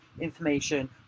information